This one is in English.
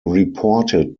reported